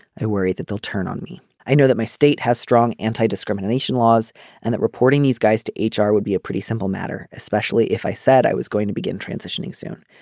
i worry that they'll turn on me. i know that my state has strong anti-discrimination laws and that reporting these guys to h r. would be a pretty simple matter especially if i said i was going to begin transitioning soon.